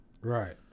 Right